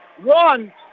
one